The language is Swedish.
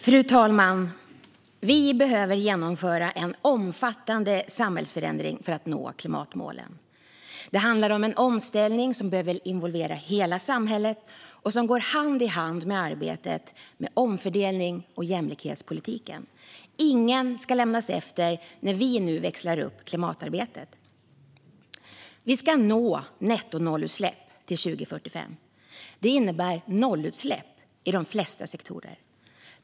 Fru talman! Vi behöver genomföra en omfattande samhällsförändring för att nå klimatmålen. Det handlar om en omställning som behöver involvera hela samhället och som går hand i hand med arbetet med omfördelnings och jämlikhetspolitiken. Ingen ska lämnas efter när vi nu växlar upp klimatarbetet. Vi ska nå nettonollutsläpp till 2045. Det innebär nollutsläpp i de flesta sektorer.